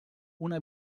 una